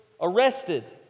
arrested